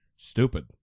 Stupid